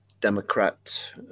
Democrat